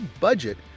budget